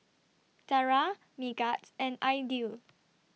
Dara Megat and Aidil